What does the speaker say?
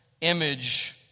image